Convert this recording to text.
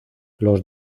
los